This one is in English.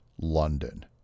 London